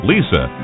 Lisa